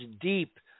deep